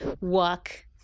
walk